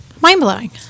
mind-blowing